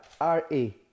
R-A